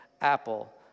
apple